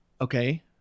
Okay